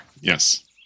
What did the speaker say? Yes